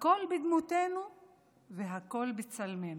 הכול בדמותנו והכול בצלמנו.